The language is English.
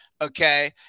Okay